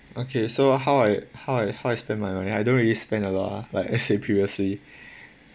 okay so how I how I how I spend my money I don't really spend a lot lah like I said previously